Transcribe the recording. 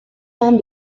han